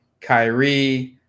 Kyrie